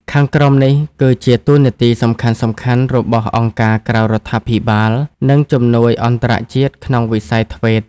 ខាងក្រោមនេះគឺជាតួនាទីសំខាន់ៗរបស់អង្គការក្រៅរដ្ឋាភិបាល និងជំនួយអន្តរជាតិក្នុងវិស័យ ធ្វេត TVET។